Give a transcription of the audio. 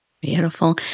Beautiful